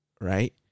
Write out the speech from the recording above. Right